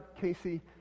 Casey